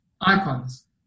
icons